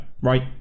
right